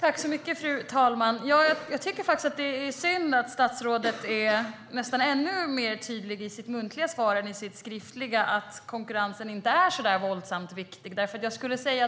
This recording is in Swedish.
Fru talman! Jag tycker faktiskt att det är synd att statsrådet nästan är tydligare i sitt muntliga svar än i sitt skriftliga med att konkurrens inte är så våldsamt viktigt.